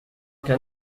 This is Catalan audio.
que